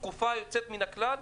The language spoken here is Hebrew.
תקופה יוצאת מן הכלל,